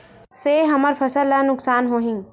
से हमर फसल ला नुकसान होही?